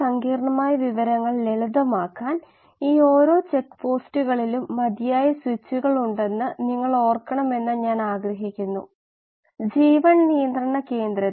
ഈ പ്രശ്നത്തിന് ശേഷം നമ്മൾ തുടരും ഈ പ്രത്യേക പ്രഭാഷണത്തിൽ ബാക്കി പൂർത്തിയാക്കാൻ ഞാൻ ആഗ്രഹിക്കുന്നതു ഫെഡ് ബാച്ച് പ്രവർത്തനം ആണ്